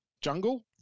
jungle